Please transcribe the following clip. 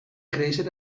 créixer